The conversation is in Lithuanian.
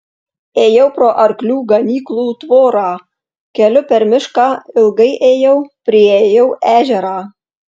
ėjau pro arklių ganyklų tvorą keliu per mišką ilgai ėjau priėjau ežerą